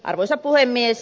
arvoisa puhemies